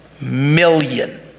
million